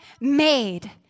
made